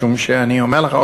משום שאני אומר לך,